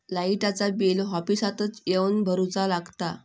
लाईटाचा बिल ऑफिसातच येवन भरुचा लागता?